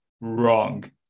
wrong